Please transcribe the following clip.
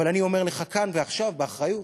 אבל אני אומר לך כאן ועכשיו באחריות,